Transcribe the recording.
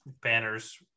banners